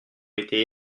été